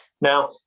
Now